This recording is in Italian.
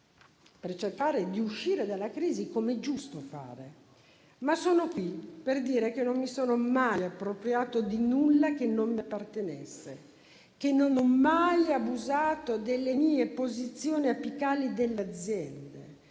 per cercare di uscire dalla crisi com'è giusto fare, ma sono qui per dire che non mi sono mai appropriata di nulla che non mi appartenesse, che non ho mai abusato delle mie posizioni apicali nelle aziende